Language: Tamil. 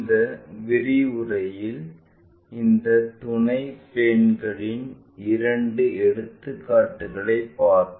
இந்த விரிவுரையில் இந்த துணை பிளேன்களின் இரண்டு எடுத்துக்காட்டுகளைப் பார்ப்போம்